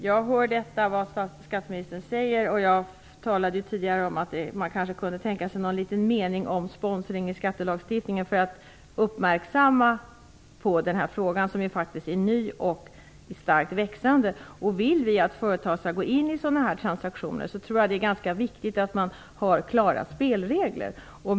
Fru talman! Jag talade tidigare om att man kanske kunde tänka sig någon liten mening om sponsring i skattelagstiftningen för att uppmärksamma den här frågan. Det rör sig ju om en verksamhet som är ny och starkt växande. Vill vi att företag skall göra transaktioner av det här slaget, är det viktigt att man har klara spelregler.